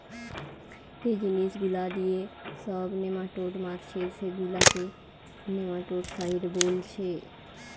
যে জিনিস গুলা দিয়ে সব নেমাটোড মারছে সেগুলাকে নেমাটোডসাইড বোলছে